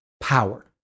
power